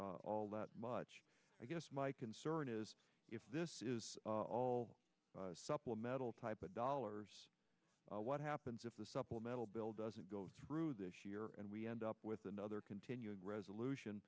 changed all that much i guess my concern is if this is all supplemental type of dollars what happens if the supplemental bill doesn't go through this year and we end up with another continuing resolution